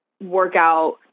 workout